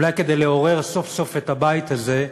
אולי כדי לעורר סוף-סוף את הבית הזה,